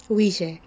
wish eh